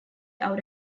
out